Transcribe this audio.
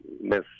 miss